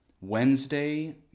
Wednesday